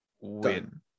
win